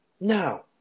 Now